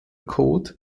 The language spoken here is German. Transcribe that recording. code